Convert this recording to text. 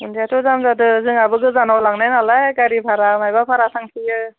बुन्दायाथ' दाम जादों जोंहाबो गोजानाव लांनाय नालाय गारि भारा माबा भारा थांसैयो